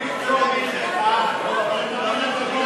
תעבירו בטרומית והוא יתקדם אתכם.